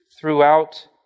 throughout